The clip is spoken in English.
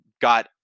got